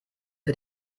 für